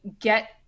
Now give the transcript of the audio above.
get